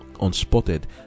unspotted